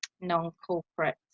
non-corporate